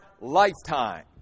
lifetime